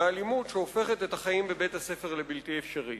מאלימות שהופכת את החיים בבית-הספר לבלתי אפשריים.